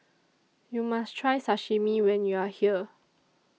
YOU must Try Sashimi when YOU Are here